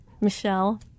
Michelle